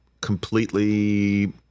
completely